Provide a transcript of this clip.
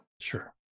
Sure